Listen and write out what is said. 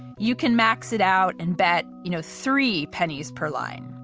you can max it out and bet you know three pennies per line.